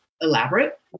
elaborate